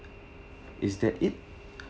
is that it